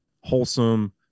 wholesome